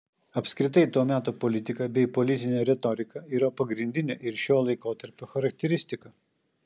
apskritai to meto politika bei politinė retorika yra pagrindinė ir šio laikotarpio charakteristika